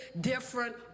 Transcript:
different